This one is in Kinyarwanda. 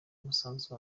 umusanzu